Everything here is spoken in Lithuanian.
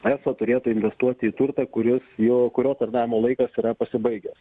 eso turėtų investuoti į turtą kuris jo kurio tarnavimo laikas yra pasibaigęs